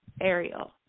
Ariel